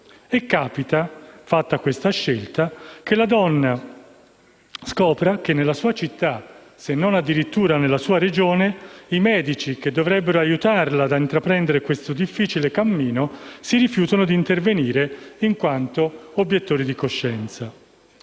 e càpita che, fatta questa scelta, la donna scopra che nella sua città, se non addirittura nella sua Regione, i medici che dovrebbero aiutarla ad intraprendere questo difficile cammino si rifiutino di intervenire, in quanto obiettori di coscienza.